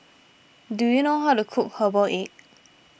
do you know how to cook Herbal Egg